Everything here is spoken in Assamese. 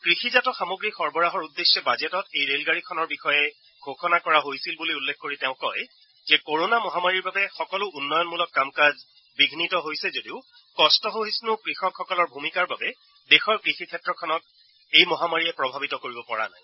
কৃষিজাত সামগ্ৰী সৰবৰাহৰ উদ্দেশ্যে বাজেটত এই ৰে'ল গাডীখনৰ বিষয়ে ঘোষণা কৰা হৈছিল বুলি উল্লেখ কৰি তেওঁ কয় যে কৰনা মহামাৰীৰ বাবে সকলো উন্নয়নমূলক কাম কাজ বিয়িত হৈছে যদিও কট্টসহিফু কৃষকসকলৰ ভূমিকাৰ বাবে দেশৰ কৃষিক্ষেত্ৰখনক এই মহামাৰীয়ে প্ৰভাৱিত কৰিব পৰা নাই